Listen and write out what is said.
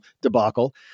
debacle